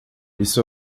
isso